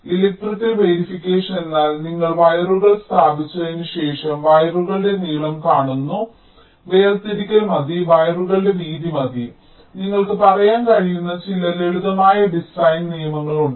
electrical verification എന്നാൽ നിങ്ങൾ വയറുകൾ സ്ഥാപിച്ചതിന് ശേഷം നിങ്ങൾ വയറുകളുടെ നീളം കാണുന്നു വേർതിരിക്കൽ മതി വയറുകളുടെ വീതി മതി നിങ്ങൾക്ക് പറയാൻ കഴിയുന്ന ചില ലളിതമായ ഡിസൈൻ നിയമങ്ങളുണ്ട്